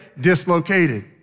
dislocated